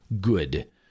good